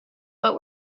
but